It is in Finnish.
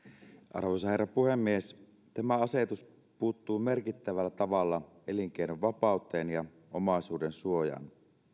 arvoisa herra puhemies tämä asetus puuttuu merkittävällä tavalla elinkeinovapauteen ja omaisuudensuojaan